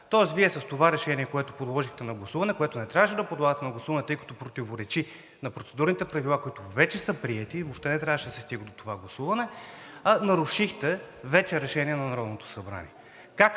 за.“ С това решение, което подложихте на гласуване, което не трябваше да подлагате на гласуване, тъй като противоречи на Процедурните правила, които вече са приети, и въобще не трябваше да се стига до това гласуване, вече нарушихте Решение на Народното събрание.